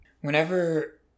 whenever